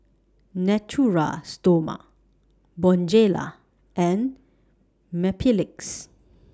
Natura Stoma Bonjela and Mepilex